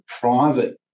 private